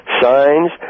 signs